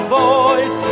voice